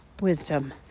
wisdom